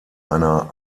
einer